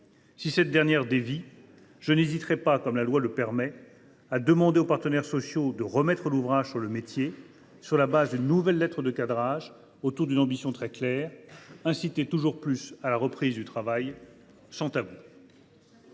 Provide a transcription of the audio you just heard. Si celle ci dévie, je n’hésiterai pas, comme la loi le permet, à demander aux partenaires sociaux de remettre l’ouvrage sur le métier, sur la base d’une nouvelle lettre de cadrage, autour d’une ambition très claire : inciter toujours plus à la reprise du travail, sans tabou.